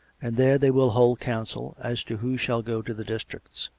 and there they will hold counsel as to who shall go to the districts.